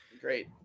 Great